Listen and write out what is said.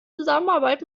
zusammenarbeit